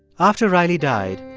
after riley died,